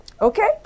okay